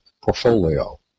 portfolio